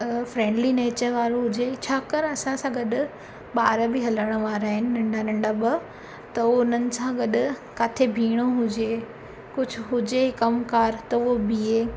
अ friendly nature वारो हुजे छाकणि असां सां गॾु ॿार बि हलण वारा आहिनि नंढा नंढा ॿ त हो उन्हनि सां गॾु किथे बीहणो हुजे कुझु हुजे कमु कार त उहो बीहे